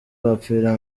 bapfira